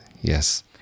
yes